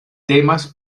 temas